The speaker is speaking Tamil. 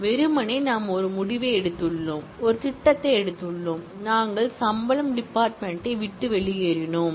வெறுமனே நாம் ஒரு முடிவை எடுத்துள்ளோம் ஒரு திட்டத்தை எடுத்துள்ளோம் நாங்கள் சம்பளத் டிபார்ட்மென்ட் யை விட்டு வெளியேறினோம்